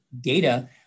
data